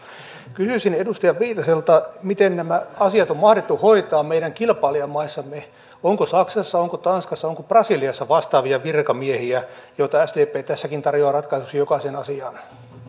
kysyisin edustaja viitaselta miten nämä asiat on on mahdettu hoitaa meidän kilpailijamaissamme onko saksassa onko tanskassa onko brasiliassa vastaavia virkamiehiä joita sdp tässäkin tarjoaa ratkaisuksi jokaiseen asiaan